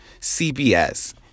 CBS